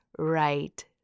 right